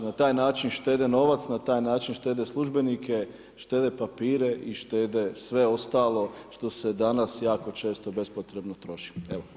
Na taj način štede novac, na taj način štede službenike, štede papire i štede sve ostalo što se danas jako često bespotrebno troši.